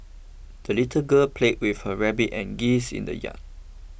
the little girl played with her rabbit and geese in the yard